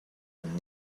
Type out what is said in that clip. and